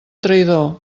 traïdor